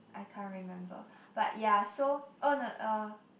I can't remember but yeah so oh no uh